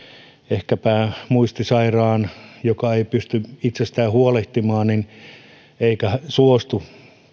ehkäpä muistisairaan kohdalla joka ei pysty itsestään huolehtimaan eikä suostu